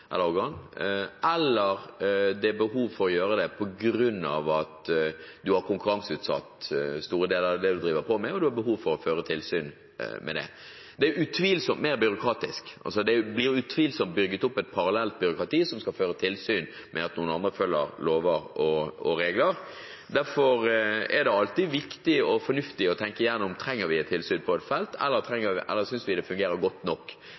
eller et offentlig organ – eller fordi man har konkurranseutsatt store deler av det man driver på med, og man har behov for å føre tilsyn med det. Det er utvilsomt mer byråkratisk. Det blir utvilsomt bygd opp et parallelt byråkrati som skal føre tilsyn med at noen andre følger lover og regler. Derfor er det alltid viktig og fornuftig å tenke gjennom om vi trenger et tilsyn på et felt, eller om vi synes det fungerer godt nok